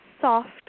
soft